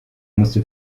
musste